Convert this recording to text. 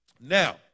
Now